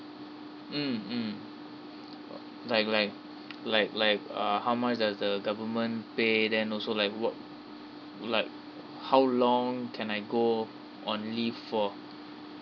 mm mm uh like like like like uh how much does the government pay then also like what like how long can I go on leave for